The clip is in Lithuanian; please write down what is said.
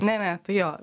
ne ne tai jo